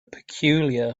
peculiar